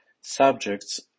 subjects